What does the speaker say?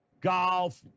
golf